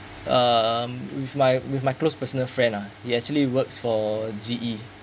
um with my with my close personal friend uh he actually works for G_E